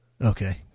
Okay